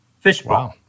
Fishbowl